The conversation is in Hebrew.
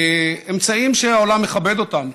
אמצעים שהעולם מכבד אותם,